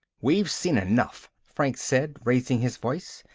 we've seen enough, franks said, raising his voice.